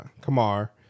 Kamar